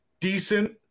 Decent